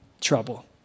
trouble